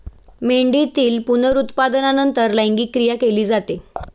मेंढीतील पुनरुत्पादनानंतर लैंगिक क्रिया केली जाते